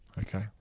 Okay